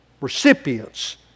recipients